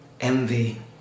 Envy